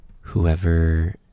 whoever